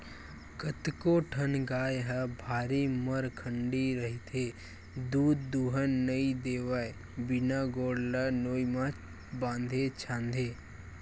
कतको ठन गाय ह भारी मरखंडी रहिथे दूद दूहन नइ देवय बिना गोड़ ल नोई म बांधे छांदे